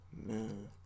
Man